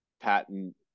patent